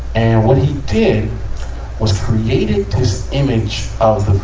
and, what he did was created this image of the,